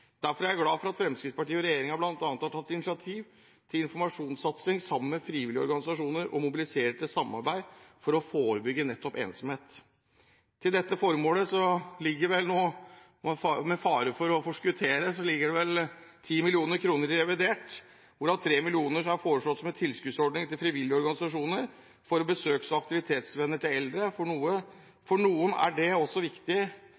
Derfor er jeg glad for at Fremskrittspartiet og regjeringen bl.a. har tatt initiativ til informasjonssatsing sammen med frivillige organisasjoner, og mobiliserer til samarbeid for å forebygge nettopp ensomhet. Til dette formålet ligger det vel – med fare for å forskuttere – 10 mill. kr i revidert, hvorav 3 mill. kr er foreslått som en tilskuddsordning til frivillige organisasjoner, hvor besøks- og aktivitetsvenner for eldre får noe. For noen er det også viktig